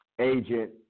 agent